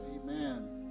Amen